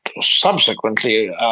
subsequently